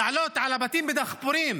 לעלות על הבתים בדחפורים,